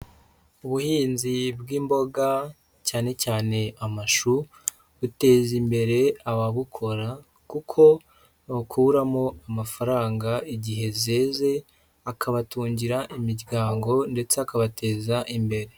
Ubuhinzi bw'imboga, cyane cyane amashu buteza imbere ababukora kuko bakuramo amafaranga igihe zeze akabatungira imiryango ndetse akabateza imbere.